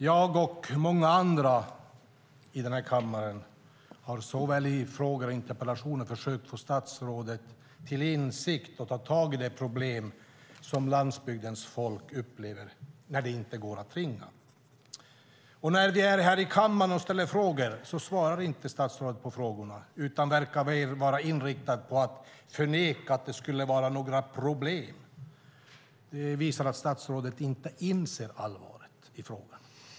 Jag och många andra i den här kammaren har i såväl frågor som interpellationer försökt få statsrådet till insikt och ta tag i det problem som landsbygdens folk upplever när det inte går att ringa. När vi är här i kammaren och ställer frågor svarar inte statsrådet på frågorna utan verkar vara inriktad på att förneka att det skulle vara några problem. Det visar att statsrådet inte inser allvaret i frågorna.